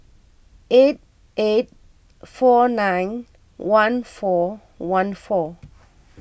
eight eight four nine one four one four